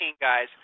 guys